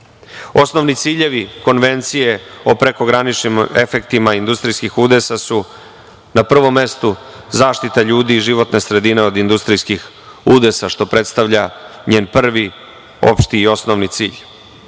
ciljevi konvencije o prekograničnim efektima industrijskih udesa su na prvom mestu zaštita ljudi i životna sredina od industrijskih udesa, što predstavlja njen prvi opšti i osnovni cilj.